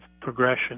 progression